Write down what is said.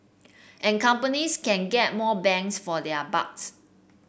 and companies can get more bangs for their bucks